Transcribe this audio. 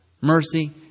Mercy